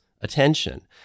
attention